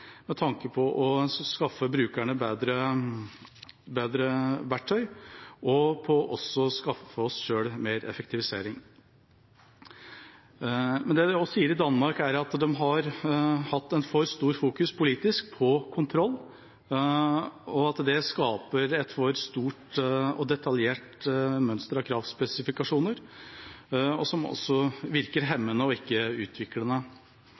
med tanke på å skaffe brukerne bedre verktøy, og også på å skaffe oss selv mer effektivisering. Men det de også sier i Danmark, er at de i for stor grad har fokusert politisk på kontroll, og at det skaper et for stort og detaljert mønster av kravspesifikasjoner, noe som også virker hemmende og ikke utviklende.